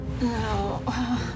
no